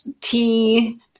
tea